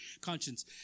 conscience